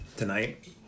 tonight